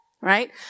right